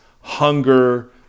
hunger